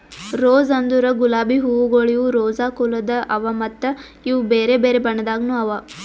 rose ಅಂದುರ್ ಗುಲಾಬಿ ಹೂವುಗೊಳ್ ಇವು ರೋಸಾ ಕುಲದ್ ಅವಾ ಮತ್ತ ಇವು ಬೇರೆ ಬೇರೆ ಬಣ್ಣದಾಗನು ಅವಾ